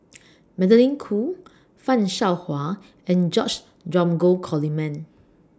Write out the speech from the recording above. Magdalene Khoo fan Shao Hua and George Dromgold Coleman